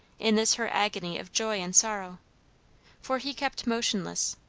in this her agony of joy and sorrow for he kept motionless,